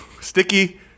sticky